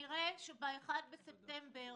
כנראה שב-1 בספטמבר